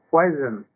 Poison